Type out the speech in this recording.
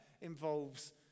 involves